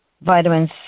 vitamins